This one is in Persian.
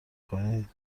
کنی